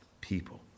people